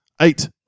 Eight